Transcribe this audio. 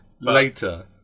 later